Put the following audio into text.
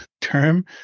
term